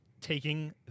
taking